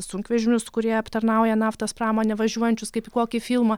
sunkvežimius kurie aptarnauja naftos pramonę važiuojančius kaip į kokį filmą